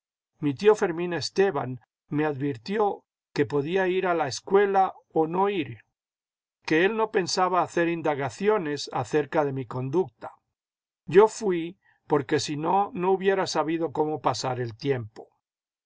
mi tío fermín esteban me advirtió que podía ir a la escuela o no ir que él no pensaba hacer indagaciones acerca de mi conducta yo fui porque si no no hubiera sabido cómo pasar el tiempo